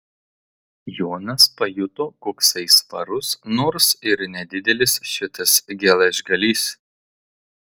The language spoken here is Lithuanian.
jonas pajuto koksai svarus nors ir nedidelis šitas geležgalys